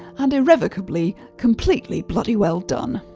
and irrevocably, completely bloody well done.